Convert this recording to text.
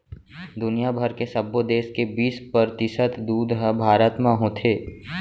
दुनिया भर के सबो देस के बीस परतिसत दूद ह भारत म होथे